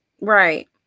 right